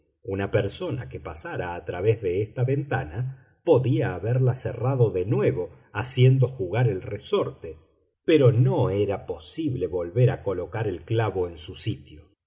una persona que pasara a través de esta ventana podía haberla cerrado de nuevo haciendo jugar el resorte pero no era posible volver a colocar el clavo en su sitio